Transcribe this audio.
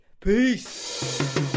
Peace